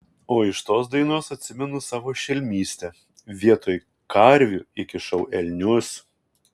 o iš tos dainos atsimenu savo šelmystę vietoj karvių įkišau elnius